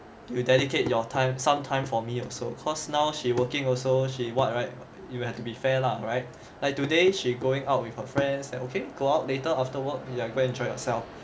you dedicate your time some time for me also cause now she working also she what right you will have to be fair lah right like today she going out with her friends then okay go out later after work ya go enjoy yourself